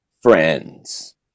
friends